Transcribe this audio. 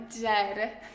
dead